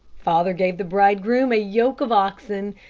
father gave the bridegroom a yoke of oxen,